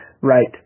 Right